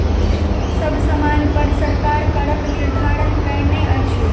सब सामानपर सरकार करक निर्धारण कयने अछि